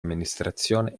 amministrazione